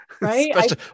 right